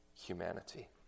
humanity